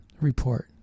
report